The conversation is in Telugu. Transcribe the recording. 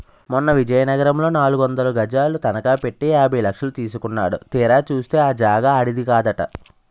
మొన్న విజయనగరంలో నాలుగొందలు గజాలు తనఖ పెట్టి యాభై లక్షలు తీసుకున్నాడు తీరా చూస్తే ఆ జాగా ఆడిది కాదట